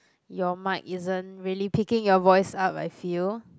your mic isn't really picking your voice up I feel